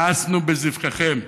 מאסנו בזבחיכם.